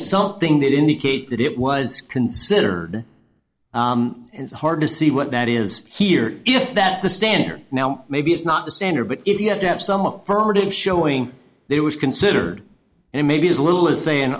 something that indicates that it was considered and it's hard to see what that is here if that's the standard now maybe it's not the standard but if you have to have some furtive showing there was considered and it may be as little as saying